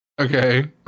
okay